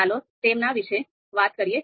ચાલો તેમના વિશે વાત કરીએ